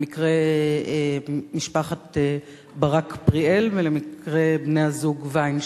למקרה משפחת ברק-פריאל ולמקרה בני-הזוג וינשטיין,